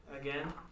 again